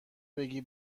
بگی